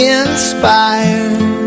inspired